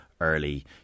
early